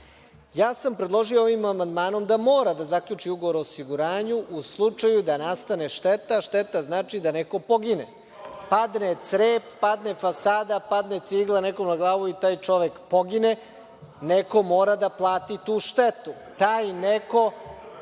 sam predložio ovim amandmanom da mora da zaključi ugovor o osiguranju, u slučaju da nastane šteta, a šteta znači da neko pogine. Padne crep, padne fasada, padne cigla nekom na glavu i taj čovek pogine, neko mora da plati tu štetu. Taj neko